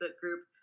group